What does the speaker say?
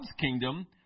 kingdom